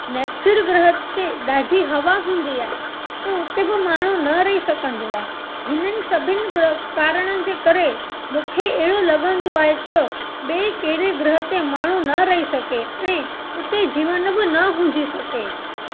नेपचर ग्रह ते ॾाढी हवा हूंदी आहे त उते ब माण्हू न रही सघंदो आहे हिननि सभिनि ग्रह कारणनि जे करे मूंखे अहिड़ो लॻंदो आहे त ॿिए कहिड़े ग्रह ते माण्हू न रही सघे ऐं हुते जीवन बि न हुजी सघे